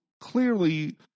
clearly